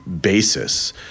basis